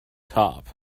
top